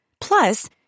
Plus